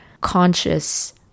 conscious